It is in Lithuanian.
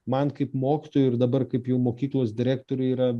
man kaip mokytojui ir dabar kaip jau mokyklos direktoriui yra